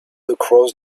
across